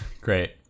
Great